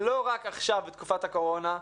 ולא רק עכשיו בתקופת הקורונה.